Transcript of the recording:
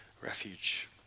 refuge